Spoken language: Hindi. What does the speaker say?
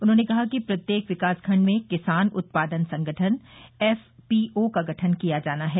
उन्होनें कहा कि प्रत्येक विकास खंड में किसान उत्पादन संगठन एफपीओ का गठन किया जाना है